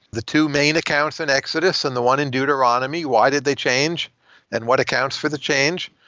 the two main accounts in exodus and the one in deuteronomy, why did they change and what accounts for the change?